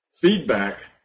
feedback